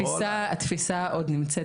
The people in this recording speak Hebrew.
התפיסה עוד נמצאת